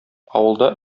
авылда